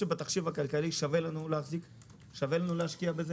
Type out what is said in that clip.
לדעתי, בתחשיב הכלכלי שווה לנו להשקיע בזה